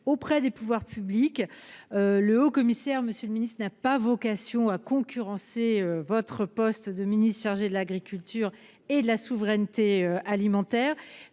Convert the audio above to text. auprès des pouvoirs publics. Le haut commissaire, Monsieur le Ministre, n'a pas vocation à concurrencer votre poste de ministre chargé de l'Agriculture et de la souveraineté alimentaire